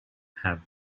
have